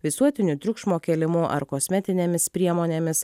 visuotiniu triukšmo kėlimu ar kosmetinėmis priemonėmis